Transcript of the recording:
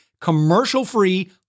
commercial-free